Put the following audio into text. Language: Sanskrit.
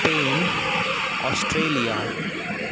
Spain Australia